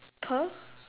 per